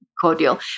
cordial